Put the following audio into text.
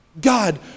God